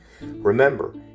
Remember